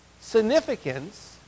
significance